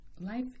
Life